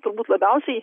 turbūt labiausiai